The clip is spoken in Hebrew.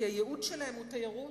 כי הייעוד שלהם הוא תיירות,